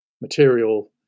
material